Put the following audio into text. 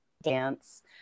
dance